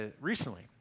recently